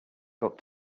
got